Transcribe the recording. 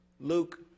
Luke